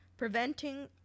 Preventing